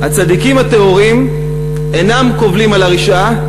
"הצדיקים הטהורים אינם קובלים על הרשעה,